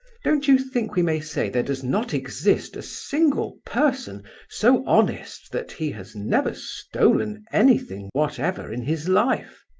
don't you think we may say there does not exist a single person so honest that he has never stolen anything whatever in his life?